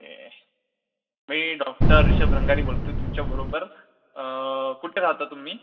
मी doctor Rishabh Rangari बोलतोय तुमच्या बरोबर कुठे राहता तुम्ही